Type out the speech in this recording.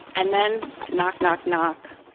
and then knock, knock knock,